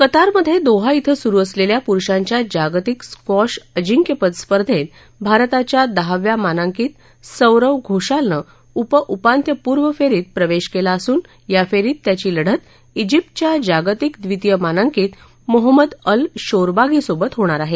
कतारमध्ये Doha क्रि सुरु असलेल्या पुरुषांच्या जागतिक स्क्वॉश अजिंक्यपद स्पर्धेत भारताच्या दहाव्या मानांकित सौरव घोषालन उपउपंत्यपूर्व फेरीत प्रवेश केला असून या फेरीत त्याची लढत शिप्तच्या जागतिक द्वितीय मानांकित मोहम्मद अल शोरबागीसोबत होणार आहे